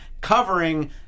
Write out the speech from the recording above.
covering